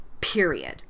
period